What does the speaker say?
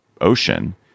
ocean